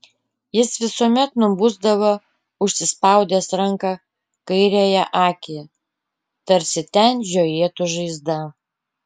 jis visuomet nubusdavo užsispaudęs ranka kairiąją akį tarsi ten žiojėtų žaizda